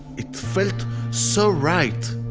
it felt so right.